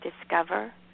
discover